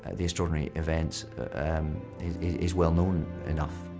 the extraordinary events um is is well known enough,